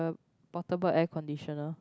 portable air conditioner